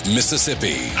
Mississippi